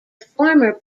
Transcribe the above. former